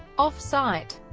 off-site